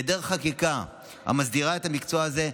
בהיעדר חקיקה המסדירה את המקצוע הזה,